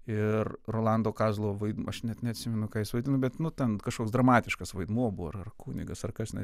ir rolando kazlo vaidm aš net neatsimenu ką jis vaidino bet nu ten kažkoks dramatiškas vaidmuo buvo ar ar kunigas ar kas ne